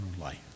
life